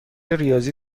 ریاضی